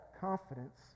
confidence